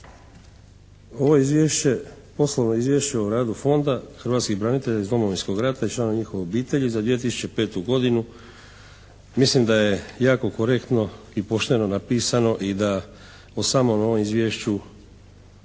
Ovo izvješće, Poslovno izvješće o radu Fonda hrvatskih branitelja iz Domovinskog rata i članova njihove obitelji za 2005. godinu mislim da je jako korektno i pošteno napisano i da o samom ovom izvješću